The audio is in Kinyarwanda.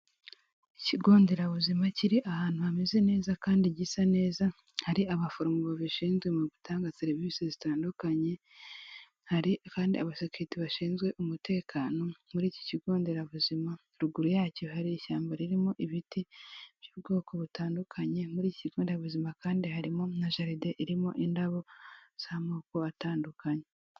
Ikigo nderabuzima kiri ahantu hameze neza kandi gisa neza, hari abaforomo babishinzwe mu gutanga serivisi zitandukanye. Hari kandi abasekirite bashinzwe umutekano. Muri iki kigo nderabuzima, ruguru yacyo hari ishyamba ririmo ibiti by'ubwoko butandukanye. Muri iki kigo nderabuzima kandi harimo na jaride irimo indabo z'amoko atandukanye.